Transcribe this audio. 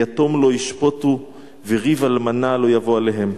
יתום לא ישפֹטו וריב אלמנה לא יבוא אליהם".